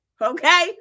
okay